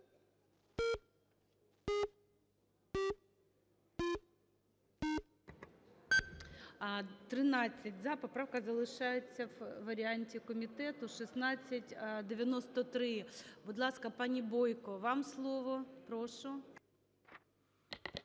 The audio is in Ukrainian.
За-13 Поправка залишається в варіанті комітету. 1693. Будь ласка, пані Бойко, вам слово. Прошу.